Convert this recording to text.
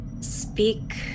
speak